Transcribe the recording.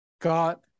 God